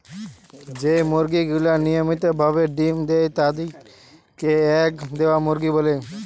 যেই মুরগি গুলা নিয়মিত ভাবে ডিম্ দেয় তাদির কে এগ দেওয়া মুরগি বলে